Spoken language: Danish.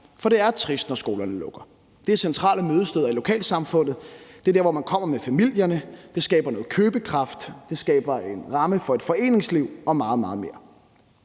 For det er trist, når skolerne lukker. Det er centrale mødesteder i lokalsamfundene, det er der, hvor man kommer med familierne. Det skaber noget købekraft. Det skaber en ramme for et foreningsliv og meget, meget mere.